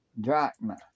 drachma